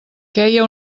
queia